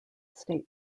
state